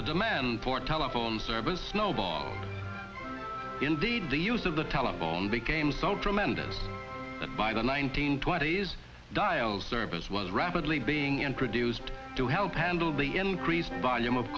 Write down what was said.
the demand for telephone service snowball indeed the use of the telephone became so tremendous that by the nineteen twenties dial service was rapidly being introduced to help handle the increased volume of